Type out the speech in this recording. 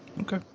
Okay